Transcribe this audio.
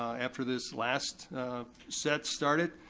after this last set started,